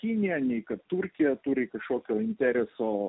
kinija kad turkija turi kažkokio intereso